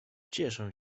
cieszę